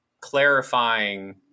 clarifying